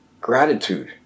gratitude